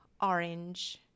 orange